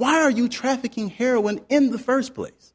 why are you trafficking heroin in the first place